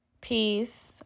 Peace